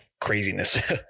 craziness